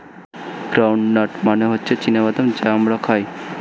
ground nut মানে হচ্ছে চীনা বাদাম যা আমরা খাই